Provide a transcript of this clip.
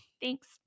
Thanks